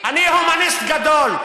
אני הומניסט גדול.